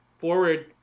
forward